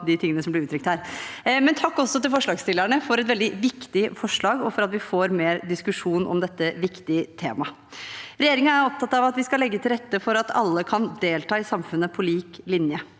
også til forslagsstillerne for et veldig viktig forslag, og for at vi får mer diskusjon om dette viktige temaet. Regjeringen er opptatt av at vi skal legge til rette for at alle kan delta i samfunnet på lik linje.